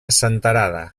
senterada